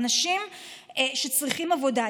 אנשים שצריכים עבודה.